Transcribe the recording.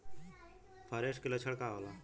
फारेस्ट के लक्षण का होला?